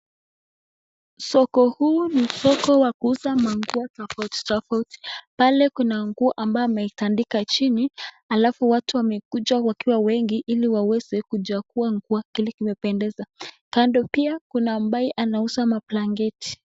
Soko huu ni soko wa kuuza manguo tofauti tofauti. Pale kuna nguo ambayo ameitandika chini alafu watu wamekuja wakiwa wengi ili waweze kuchagua nguo kile kimewapendeza. Kando pia kuna ambaye anauza mablanketi.